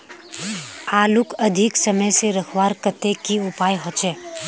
आलूक अधिक समय से रखवार केते की उपाय होचे?